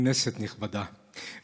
כנסת נכבדה,